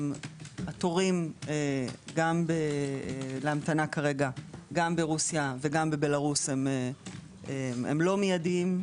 התורים גם להמתנה כרגע גם ברוסיה וגם בבלרוס הם לא מיידיים.